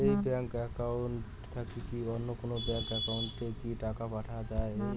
এই bank account থাকি কি অন্য কোনো ব্যাংক একাউন্ট এ কি টাকা পাঠা যাবে?